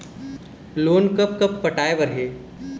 Loan कब कब पटाए बर हे?